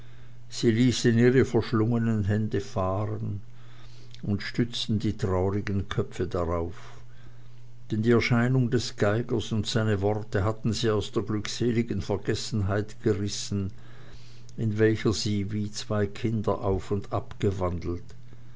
sie ließen ihre verschlungenen hände fahren und stützten die traurigen köpfe darauf denn die erscheinung des geigers und seine worte hatten sie aus der glücklichen vergessenheit gerissen in welcher sie wie zwei kinder auf und